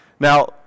Now